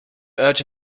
urge